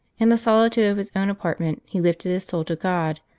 in the solitude of his own apartment he lifted his soul to god,